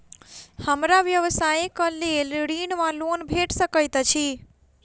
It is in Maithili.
हमरा व्यवसाय कऽ लेल ऋण वा लोन भेट सकैत अछि?